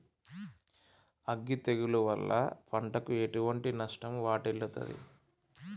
అగ్గి తెగులు వల్ల పంటకు ఎటువంటి నష్టం వాటిల్లుతది?